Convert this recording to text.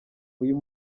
uyu